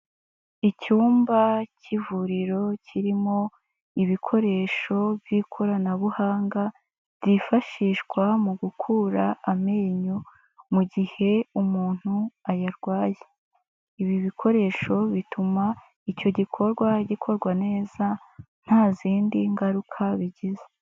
Icyumba cy'ivuriro kirimo ibikoresho by'ikoranabuhanga, byifashishwa mu gukura amenyo mu gihe umuntu ayarwaye, ibi bikoresho bituma icyo gikorwa gikorwa neza nta zindi ngaruka bigize.